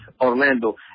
Orlando